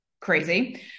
crazy